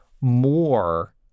more